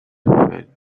when